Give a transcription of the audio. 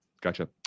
Gotcha